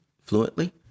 fluently